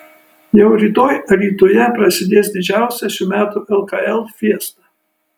jau rytoj alytuje prasidės didžiausia šių metų lkl fiesta